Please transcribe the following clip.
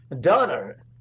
daughter